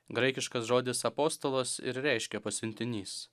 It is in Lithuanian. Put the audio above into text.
graikiškas žodis apostolos ir reiškia pasiuntinys